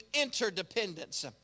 interdependence